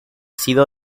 sido